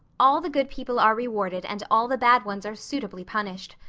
all the good people are rewarded and all the bad ones are suitably punished.